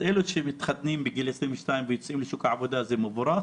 אז אלו שמתחתנים בגיל 22 ויוצאים לשוק העבודה זה מבורך,